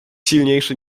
silniejszy